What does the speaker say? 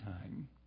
time